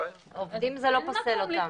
זה לא פוסל אותם.